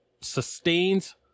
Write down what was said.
sustains